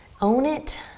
own it.